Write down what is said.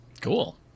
Cool